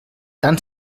tant